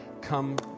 come